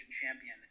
champion